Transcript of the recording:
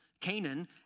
Canaan